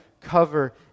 cover